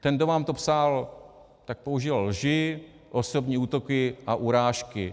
Ten, kdo vám to psal, používal lži, osobní útoky a urážky.